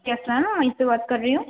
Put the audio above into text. یس ma'am میں وہیں سے بات کر رہی ہوں